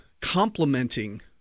complementing